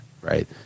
right